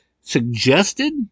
suggested